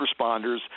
responders